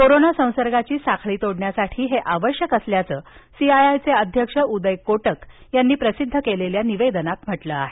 corona संसर्गाची साखळी तोडण्यासाठी हे आवश्यक असल्याचं सीआयआयचे अध्यक्ष उदय कोटक यांनी प्रसिद्ध केलेल्या निवेदनात म्हटलं आहे